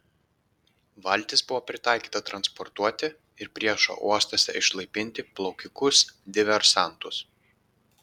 valtis buvo pritaikyta transportuoti ir priešo uostuose išlaipinti plaukikus diversantus